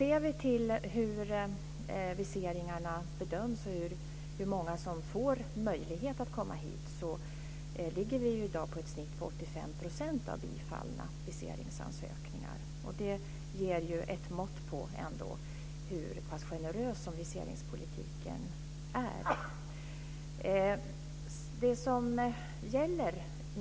Om vi ser på hur viseringarna bedöms och hur många som får möjlighet att komma hit ligger vi i dag på ett snitt på 85 % bifallna viseringsansökningar. Det ger ett mått på hur generös viseringspolitiken är.